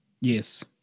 Yes